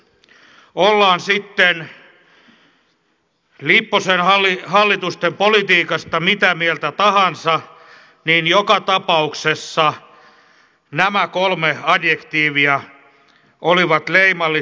ollaan sitten lipposen hallitusten politiikasta mitä mieltä tahansa niin joka tapauksessa nämä kolme adjektiivia olivat leimallisia